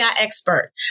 expert